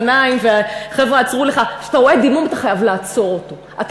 הרי לבוא ולהשתתף בעשייה וביצירה,